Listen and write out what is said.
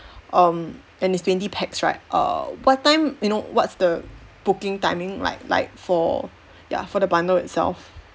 um and it's twenty pax right err what time you know what's the booking timing like like for ya for the bundle itself